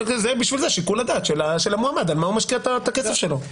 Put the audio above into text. בשביל זה שיקול הדעת של המועמד במה הוא משקיע את הכסף שלו.